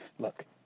Look